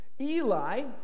Eli